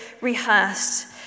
rehearsed